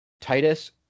Titus